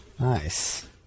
nice